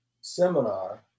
seminar